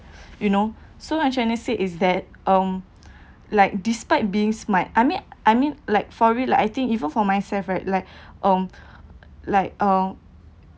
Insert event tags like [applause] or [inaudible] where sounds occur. you know so I'm trying to say is that um like despite being smart I mean I mean like for real I think even for myself right like [breath] um like uh